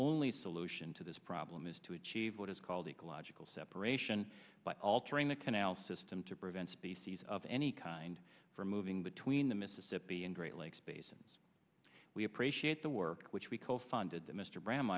only solution to this problem is to achieve what is called ecological separation by altering the canal system to prevent species of any kind from moving between the mississippi and great lakes basins we appreciate the work which we co founded that mr bram